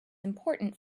important